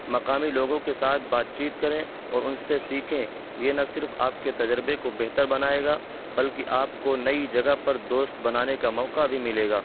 مقامی لوگوں کے ساتھ بات چیت کریں اور ان سے سیکھیں یہ نہ صرف آپ کے تجربے کو بہتر بنائے گا بلکہ آپ کو نئی جگہ پر دوست بنانے کا موقع بھی ملے گا